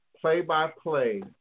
play-by-play